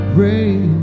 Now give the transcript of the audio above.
rain